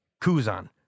Kuzan